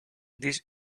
this